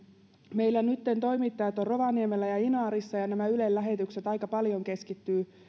meillä nytten toimittajat ovat rovaniemellä ja inarissa ja nämä ylen lähetykset aika paljon keskittyvät